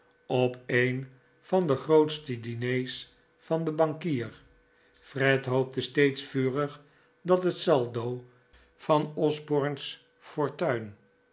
op een van de grootste diners van den bankier fred hoopte steeds vurig dat het saldo van osborne's fortuin